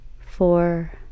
Four